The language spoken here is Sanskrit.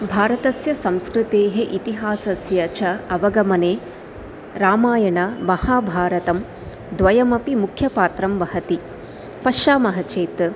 भारतस्य संस्कृतेः इतिहासस्य च अवगमने रामायणं महाभारतं द्वयमपि मुख्यपात्रं वहति पश्यामः चेत्